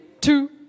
two